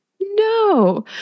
No